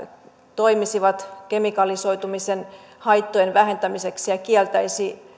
toimisivat kemikalisoitumisen haittojen vähentämiseksi ja kieltäisivät